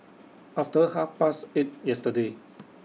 after Half Past eight yesterday